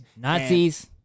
Nazis